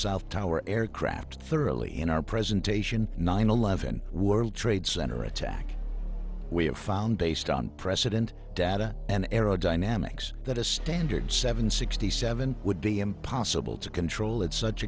south tower aircraft thoroughly in our presentation nine eleven world trade center attack we have found based on precedent data and aerodynamics that a standard seven sixty seven would be impossible to control at such